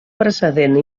precedent